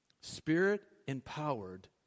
Spirit-empowered